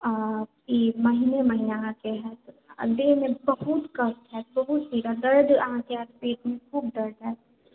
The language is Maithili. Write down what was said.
आ ई महीने महीने अहाँके हैत आ देहमे बहुत कष्ट हैत बहुत पीड़ा दर्द अहाँके हैत पेटमे खूब दर्द हैत